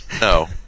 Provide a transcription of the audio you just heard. no